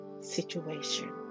situation